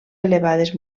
elevades